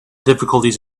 difficulties